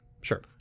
Sure